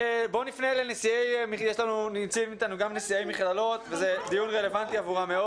נמצאים אתנו נשיאי מכללות וזה דיון רלוונטי עבורם.